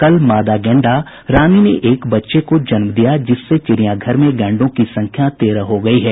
कल मादा गैंडा रानी ने एक बच्चे को जन्म दिया जिससे चिड़ियाघर में गैंडों की संख्या तेरह हो गयी है